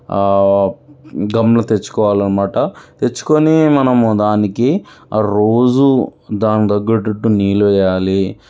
గమ్ము తెచ్చుకోవాలనమాట తెచ్చుకుని మనము దానికి రోజు దానికి తగ్గేటట్టు నీళ్ళు వెయ్యాలి